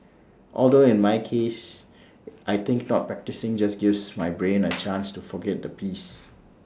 although in my case I think not practising just gives my brain A chance to forget the piece